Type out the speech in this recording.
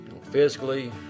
Physically